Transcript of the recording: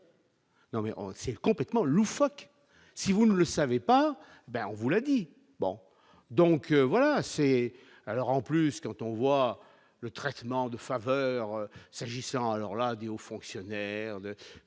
Non mais on c'est complètement loufoque, si vous ne le savez pas ben on vous l'a dit bon donc voilà c'est alors en plus quand on voit le traitement de faveur Sajid 100 alors là du haut fonctionnaire